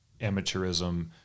amateurism